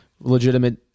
legitimate